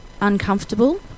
uncomfortable